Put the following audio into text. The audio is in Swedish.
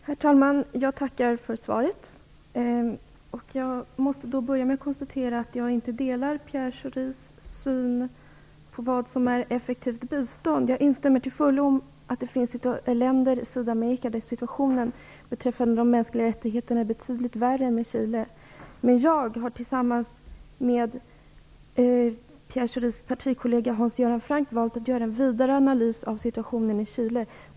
Herr talman! Jag tackar för svaret. Jag måste börja med att konstatera att jag inte delar Pierre Schoris syn på vad som är effektivt bistånd. Jag instämmer till fullo i att det finns länder i Sydamerika där situationen beträffande de mänskliga rättigheterna är betydligt värre än i Chile, men jag har tillsammans med Pierre Schoris partikollega Hans Göran Franck valt att göra en vidare analys av situationen i Chile.